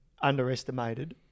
underestimated